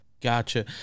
Gotcha